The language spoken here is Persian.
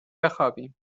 بخوابیم